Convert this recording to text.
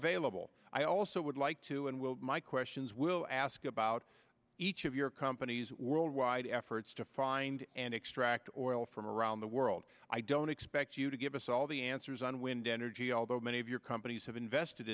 available i also would like to and my questions will ask about each of your companies worldwide efforts to find and extract oil from around the world i don't expect you to give us all the answers on wind energy although many of your companies have invested